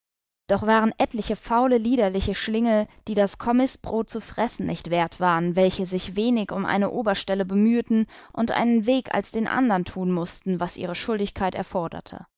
doch waren etliche faule liederliche schlingel die das kommißbrod zu fressen nicht wert waren welche sich wenig um eine oberstelle bemüheten und einen weg als den andern tun mußten was ihre schuldigkeit erfoderte